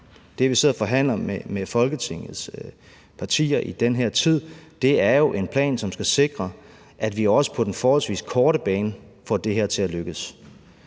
og forhandler med Folketingets partier i den her tid, er jo en plan, som skal sikre, at vi også på den forholdsvis korte bane får det her til at lykkes.